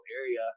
area